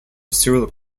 cyril